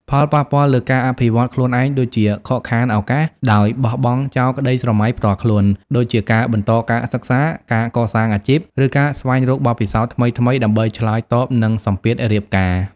ផលប៉ះពាល់លើការអភិវឌ្ឍខ្លួនឯង ដូចជាខកខានឱកាស ដោយបោះបង់ចោលក្តីស្រមៃផ្ទាល់ខ្លួន ដូចជាការបន្តការសិក្សា ការកសាងអាជីព ឬការស្វែងរកបទពិសោធន៍ថ្មីៗ ដើម្បីឆ្លើយតបនឹងសម្ពាធរៀបការ ។